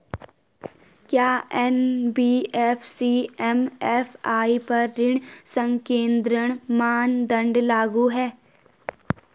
क्या NBFC MFI पर ऋण संकेन्द्रण मानदंड लागू हैं?